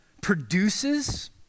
produces